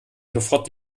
sofort